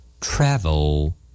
travel